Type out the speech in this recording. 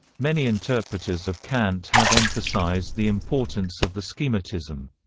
many interpreters of kant have emphasized the importance of the so schematism.